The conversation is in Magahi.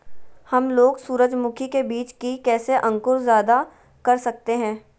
हमलोग सूरजमुखी के बिज की कैसे अंकुर जायदा कर सकते हैं?